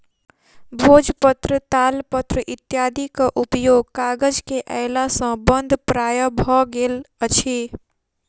भोजपत्र, तालपत्र इत्यादिक उपयोग कागज के अयला सॅ बंद प्राय भ गेल अछि